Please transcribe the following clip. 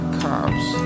cops